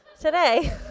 today